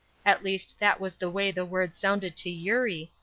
at least that was the way the word sounded to eurie,